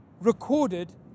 recorded